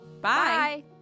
Bye